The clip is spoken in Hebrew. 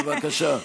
בבקשה.